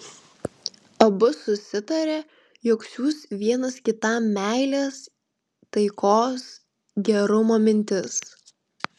abu susitarė jog siųs vienas kitam meilės taikos gerumo mintis